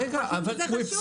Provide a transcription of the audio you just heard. ואנחנו חושבים שזה חשוב.